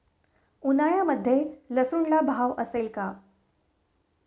उन्हाळ्यामध्ये लसूणला भाव असेल का?